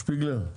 שפיגלר,